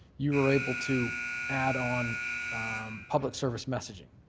you were able to add on public service messaging.